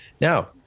Now